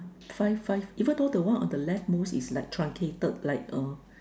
five five even though the one on the leftmost is like truncated like uh